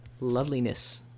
loveliness